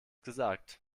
gesagt